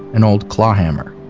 an old clawhammer.